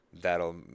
that'll